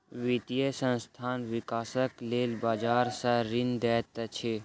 वित्तीय संस्थान, विकासक लेल बजार सॅ ऋण लैत अछि